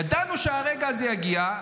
ידענו שהרגע הזה יגיע,